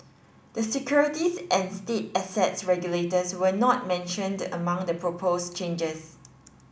the securities and state assets regulators were not mentioned among the proposed changes